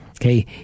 Okay